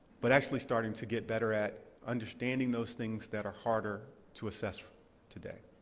but actually starting to get better at understanding those things that are harder to assess today.